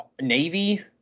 Navy